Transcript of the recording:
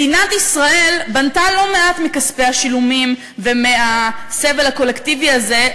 מדינת ישראל בנתה לא מעט מכספי השילומים ומהסבל הקולקטיבי הזה.